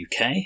UK